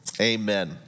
Amen